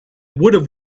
would